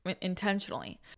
intentionally